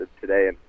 today